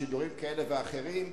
בשידורים כאלה ואחרים,